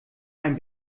ein